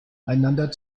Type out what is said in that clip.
einander